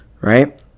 right